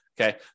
Okay